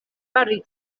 fari